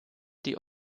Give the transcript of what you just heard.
die